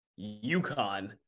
UConn